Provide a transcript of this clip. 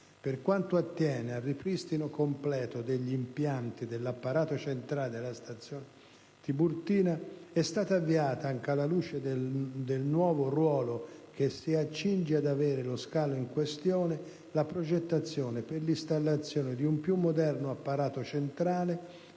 Per quanto attiene il ripristino completo degli impianti dell'apparato centrale della stazione Tiburtina, è stata avviata, anche alla luce del nuovo ruolo che si accinge ad avere lo scalo in questione, la progettazione per l'installazione di un più moderno apparato centrale